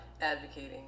advocating